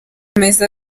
bakomeza